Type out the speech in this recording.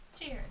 Cheers